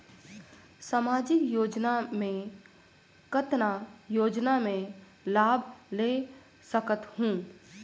समाजिक योजना मे कतना योजना मे लाभ ले सकत हूं?